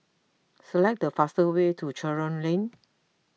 select the fastest way to Charlton Lane